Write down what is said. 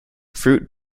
fruit